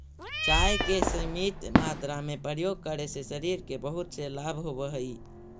चाय के सीमित मात्रा में प्रयोग करे से शरीर के बहुत से लाभ होवऽ हइ